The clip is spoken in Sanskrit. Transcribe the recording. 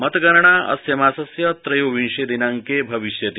मतगणना अस्य मासस्य त्रयोविशे दिनांके भविष्यति